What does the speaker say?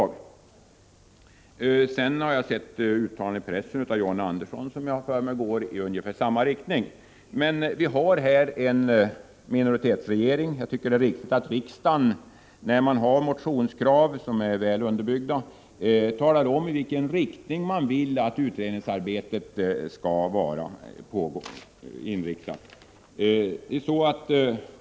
Jag har vidare i pressen sett uttalanden av John Andersson som går i ungefär samma riktning. Vi har nu en minoritetsregering, och det är därför viktigt att riksdagen, när det finns väl underbyggda motionskrav, talar om hur man vill att utredningsarbetet skall vara inriktat.